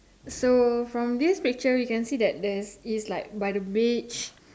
so from this picture we can see that there's is like by the beach